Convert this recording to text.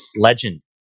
legend